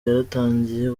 yaratangiye